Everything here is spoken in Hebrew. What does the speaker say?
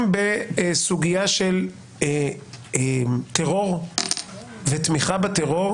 בסוגיה של טרור ותמיכה בטרור,